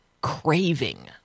craving